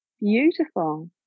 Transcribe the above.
Beautiful